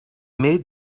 made